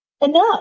Enough